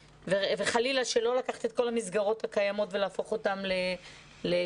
וחלילה שלא לקחת את כל המסגרות הקיימות ולהפוך אותן לכאלה.